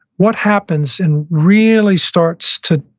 what happens and really starts to,